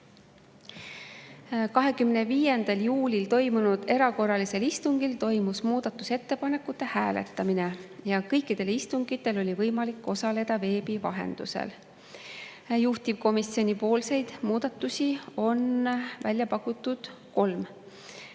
25. juuli erakorralisel istungil toimus muudatusettepanekute hääletamine ja kõikidel istungitel oli võimalik osaleda veebi vahendusel. Juhtivkomisjonipoolseid muudatusi on välja pakutud kolm.